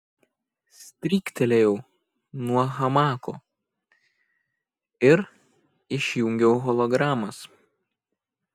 stryktelėjau nuo hamako ir išjungiau hologramas